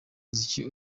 muziki